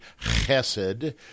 Chesed